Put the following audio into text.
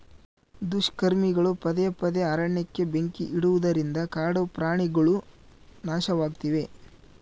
ದುಷ್ಕರ್ಮಿಗಳು ಪದೇ ಪದೇ ಅರಣ್ಯಕ್ಕೆ ಬೆಂಕಿ ಇಡುವುದರಿಂದ ಕಾಡು ಕಾಡುಪ್ರಾಣಿಗುಳು ನಾಶವಾಗ್ತಿವೆ